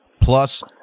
plus